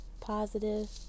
positive